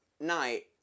night